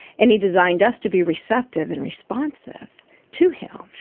and he designed us to be receptive and responsive to him.